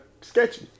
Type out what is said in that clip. sketchy